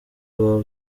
wawe